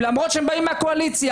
למרות שהם באים מהקואליציה,